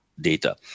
data